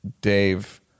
Dave